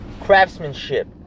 craftsmanship